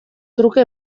truke